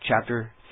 chapter